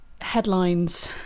headlines